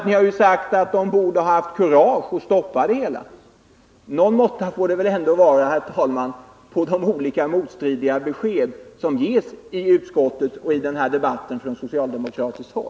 Ni har ju sagt att de borgerliga borde ha haft kurage att stoppa det hela. Någon måtta får det väl ändå vara, herr talman, på de olika motstridiga besked som ges från socialdemokratiskt håll i utskottet och i den här debatten.